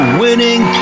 winning